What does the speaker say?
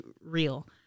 real